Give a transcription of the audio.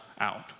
out